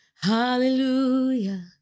Hallelujah